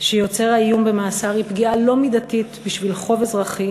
שיוצר האיום במאסר היא פגיעה לא מידתית בשביל חוב אזרחי